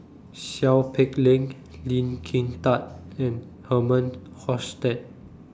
Seow Peck Leng Lee Kin Tat and Herman Hochstadt